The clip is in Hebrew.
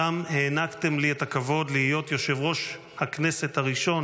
שם הענקתם לי את הכבוד להיות יושב-ראש הכנסת הראשון